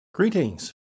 Greetings